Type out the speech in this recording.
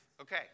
Okay